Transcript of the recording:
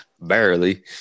Barely